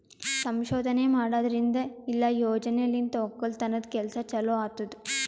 ಸಂಶೋಧನೆ ಮಾಡದ್ರಿಂದ ಇಲ್ಲಾ ಯೋಜನೆಲಿಂತ್ ಒಕ್ಕಲತನದ್ ಕೆಲಸ ಚಲೋ ಆತ್ತುದ್